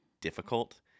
difficult